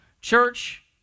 church